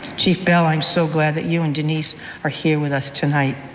chief bell, i am so glad that you and denise are here with us tonight.